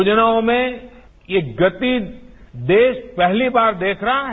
योजनाओं में ये गति देश पहली बार देख रहा है